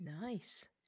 Nice